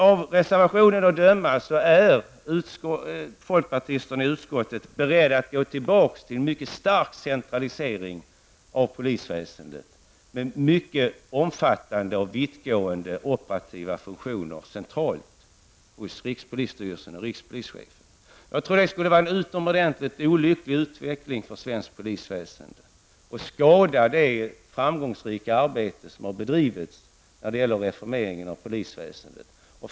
Av reservationen att döma är folkpartisterna i utskottet beredda att gå tillbaka till en mycket stark centralisering av polisväsendet med mycket omfattande och vittgående operativa funktioner centralt hos rikspolisstyrelsen och rikspolischefen. Jag tror att det skulle vara en utomordentligt olycklig utveckling för svenskt polisväsende och att det skulle skada det framgångsrika arbete som har bedrivits när det gäller reformeringen av polisväsendet.